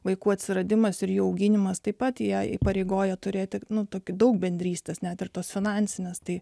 vaikų atsiradimas ir jų auginimas taip pat ją įpareigoja turėti nutuoki daug bendrystės net ir tos finansinės tai